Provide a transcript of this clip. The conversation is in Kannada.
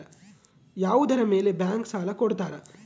ಯಾವುದರ ಮೇಲೆ ಬ್ಯಾಂಕ್ ಸಾಲ ಕೊಡ್ತಾರ?